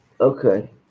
Okay